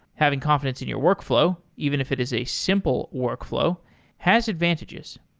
having confidence in your workflow, even if it is a simple workflow has advantages.